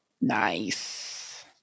Nice